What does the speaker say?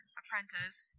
apprentice